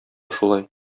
шулай